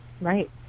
right